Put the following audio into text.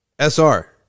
SR